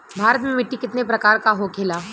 भारत में मिट्टी कितने प्रकार का होखे ला?